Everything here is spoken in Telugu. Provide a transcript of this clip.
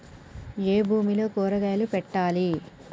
ఏ భూమిలో కూరగాయలు పెట్టాలి?